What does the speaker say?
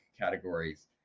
categories